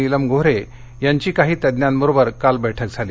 नीलम गोन्हे यांची काही तज्ञांबरोबर काल बैठक झाली